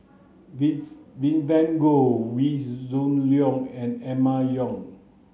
Vivien Goh Wee Shoo Leong and Emma Yong